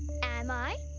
am i?